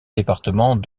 département